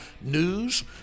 news